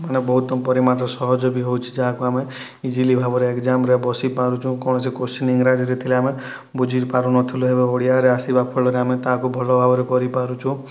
ମାନେ ବହୁତ ପରିମାଣରେ ସହଜ ବି ହେଉଛି ଯାହାକୁ ଆମେ ଇଜିଲି ଭାବରେ ଏକ୍ସାମ୍ରେ ବସିପାରୁଛୁ କଣ ସେ କୋଶ୍ଚିନ୍ ଇଂରାଜିରେ ଥିଲା ଆମେ ବୁଝି ପାରୁନଥୁଲୁ ଏବେ ଓଡ଼ିଆରେ ଆସିବା ଫଳରେ ଆମେ ତାହାକୁ ଭଲ ଭାବରେ କରିପାରୁଛୁଁ